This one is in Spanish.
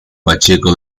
pacheco